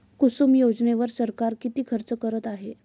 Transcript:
कुसुम योजनेवर सरकार किती खर्च करत आहे?